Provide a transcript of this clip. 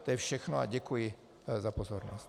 To je všechno a děkuji za pozornost.